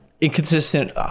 inconsistent